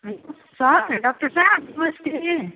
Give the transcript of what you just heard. हजुर sir doctor साहेब नमस्ते